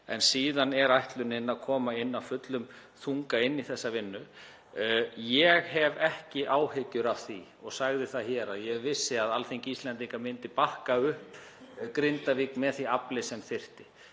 en síðan er ætlunin að koma inn af fullum þunga í þessa vinnu. Ég hef ekki áhyggjur af því og sagði það hér að ég vissi að Alþingi Íslendinga myndi bakka upp Grindavík með því afli sem þyrfti.